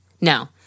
No